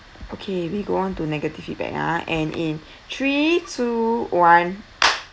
okay we go on to negative feedback ah and in three two one